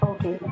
Okay